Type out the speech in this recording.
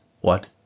What